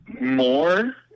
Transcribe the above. more